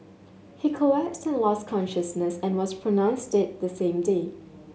he collapsed and lost consciousness and was pronounced dead the same day